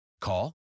Call